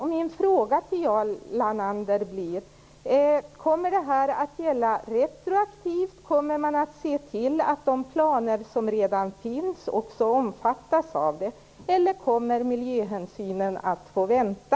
Min fråga till Jarl Lander blir: Kommer de att gälla retroaktivt, kommer man att se till att de planer som redan finns också omfattas av dem eller kommer miljöhänsynen att få vänta?